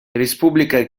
республика